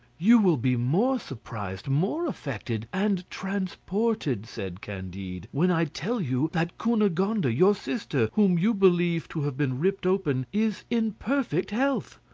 you will be more surprised, more affected, and transported, said candide, when i tell you that cunegonde, your sister, whom you believe to have been ripped open, is in perfect health.